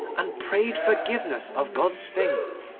and prayed forgiveness of god's things,